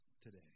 today